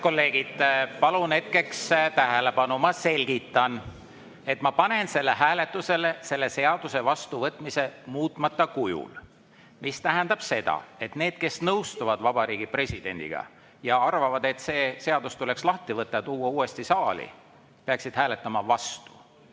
Head kolleegid, palun hetkeks tähelepanu! Ma selgitan. Ma panen hääletusele selle seaduse vastuvõtmise muutmata kujul, mis tähendab seda, et need, kes nõustuvad Vabariigi Presidendiga ja arvavad, et see seadus tuleks lahti võtta ja tuua uuesti saali, peaksid hääletama vastu.